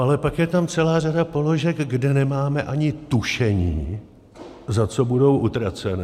Ale pak je tam celá řada položek, kde nemáme ani tušení, za co budou utraceny.